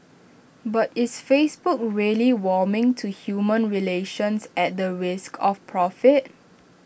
but its Facebook really warming to human relations at the risk of profit